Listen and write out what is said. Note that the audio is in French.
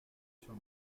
sur